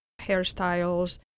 hairstyles